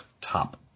top